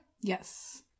Yes